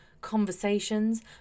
conversations